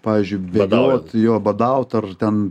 pavyzdžiui bėgioti jo badaut ar ten